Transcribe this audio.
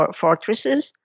fortresses